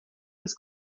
his